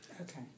Okay